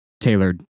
Tailored